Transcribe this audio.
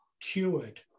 cured